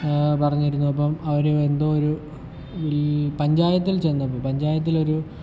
പറഞ്ഞിരുന്നു അപ്പം അവർ എന്തോ ഒരു വിൽ പഞ്ചായത്തിൽ ചെന്നപ്പോൾ പഞ്ചായത്തിലൊരു